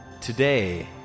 Today